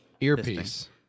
Earpiece